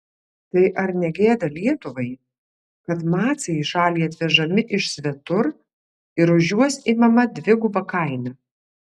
tai ar ne gėda lietuvai kad macai į šalį atvežami iš svetur ir už juos imama dviguba kaina